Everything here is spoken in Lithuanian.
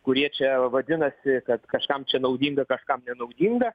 kurie čia vadinasi kad kažkam čia naudinga kažkam nenaudinga